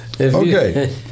Okay